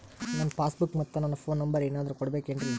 ನನ್ನ passbook ಮತ್ ನನ್ನ ಫೋನ್ ನಂಬರ್ ಏನಾದ್ರು ಕೊಡಬೇಕೆನ್ರಿ?